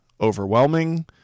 overwhelming